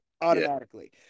automatically